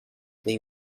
they